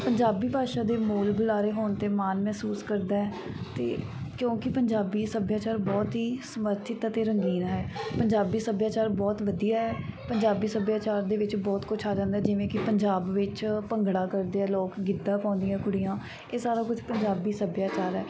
ਪੰਜਾਬੀ ਭਾਸ਼ਾ ਦੇ ਮੂਲ ਬੁਲਾਰੇ ਹੋਣ 'ਤੇ ਮਾਣ ਮਹਿਸੂਸ ਕਰਦਾ ਅਤੇ ਕਿਉਂਕਿ ਪੰਜਾਬੀ ਸੱਭਿਆਚਾਰ ਬਹੁਤ ਹੀ ਸਮਰਥਿਤ ਅਤੇ ਰੰਗੀਨ ਹੈ ਪੰਜਾਬੀ ਸੱਭਿਆਚਾਰ ਬਹੁਤ ਵਧੀਆ ਹੈ ਪੰਜਾਬੀ ਸੱਭਿਆਚਾਰ ਦੇ ਵਿੱਚ ਬਹੁਤ ਕੁਝ ਆ ਜਾਂਦਾ ਜਿਵੇਂ ਕਿ ਪੰਜਾਬ ਵਿੱਚ ਭੰਗੜਾ ਕਰਦੇ ਆ ਲੋਕ ਗਿੱਧਾ ਪਾਉਂਦੀਆਂ ਕੁੜੀਆਂ ਇਹ ਸਾਰਾ ਕੁਝ ਪੰਜਾਬੀ ਸੱਭਿਆਚਾਰ ਹੈ